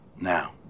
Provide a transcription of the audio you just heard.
Now